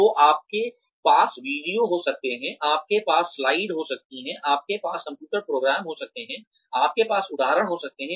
तो आपके पास वीडियो हो सकते हैं आपके पास स्लाइड हो सकती हैं आपके पास कंप्यूटर प्रोग्राम हो सकते हैं आपके पास उदाहरण हो सकते हैं